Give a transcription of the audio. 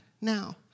now